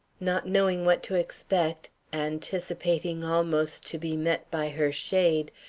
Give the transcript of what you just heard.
not knowing what to expect, anticipating almost to be met by her shade,